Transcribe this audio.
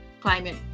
climate